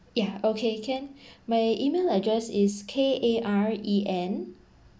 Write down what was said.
yeah okay can my email address is K A R E N